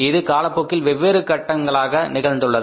இது காலப்போக்கில் வெவ்வேறு கட்டங்களாக நிகழ்ந்துள்ளது